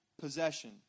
possession